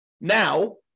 now